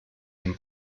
dem